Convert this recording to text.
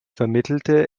vermittelte